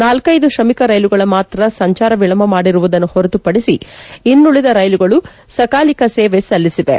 ನಾಲ್ಟೈದು ತ್ರಮಿಕ ರೈಲುಗಳ ಮಾತ್ರ ಸಂಚಾರ ವಿಳಂಬ ಮಾಡಿರುವುದನ್ನು ಹೊರತುಪಡಿಸಿ ಇನ್ನುಳದ ರೈಲುಗಳು ಸಕಾಲಿಕ ಸೇವೆ ಸಲ್ಲಿಸಿವೆ